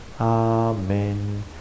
Amen